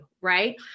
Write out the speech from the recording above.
right